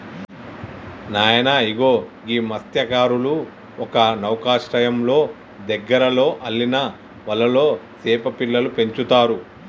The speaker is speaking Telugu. నాయన ఇగో గీ మస్త్యకారులు ఒక నౌకశ్రయంలో దగ్గరలో అల్లిన వలలో సేప పిల్లలను పెంచుతారు